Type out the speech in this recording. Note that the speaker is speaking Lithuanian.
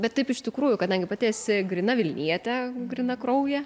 bet taip iš tikrųjų kadangi pati esi gryna vilnietė grynakraujė